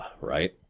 right